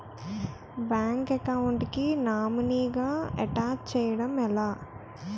Bank account కి nominee గా attach చేయడం ఎలా?